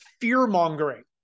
fear-mongering